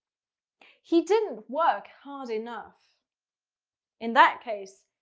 he didn't work hard enough in that case,